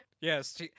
Yes